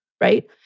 right